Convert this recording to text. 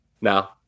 now